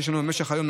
שיש לנו במשך היום,